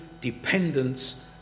dependence